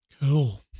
Cool